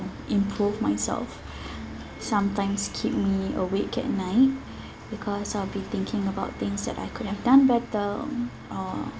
improve myself sometimes keep me awake at night because I'll be thinking about things that I could have done better or